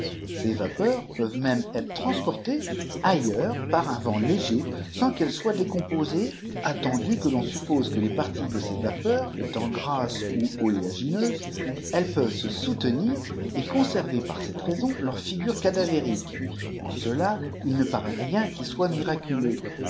ces vapeurs peuvent même eire transportées ailleurs par un ventléger sans qu'elles soient décomposées attendu que l'on suppose que les parties de ces vapeurs étan t grasses ou oléagineuses elles peuvent se soutenir et conserver par cette raison leur figure cadavérique en cela il ne paraît rien qui soit miraculeux